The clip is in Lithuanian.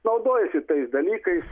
naudojasi tais dalykais